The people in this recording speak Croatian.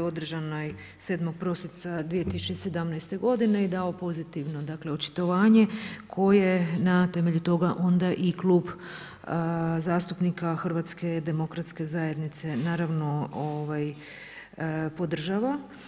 održanoj 7. prosinca 2017. godine i dao pozitivno očitovanje koje na temelju toga onda i Klub zastupnika HDZ-a naravno podržava.